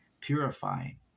purifying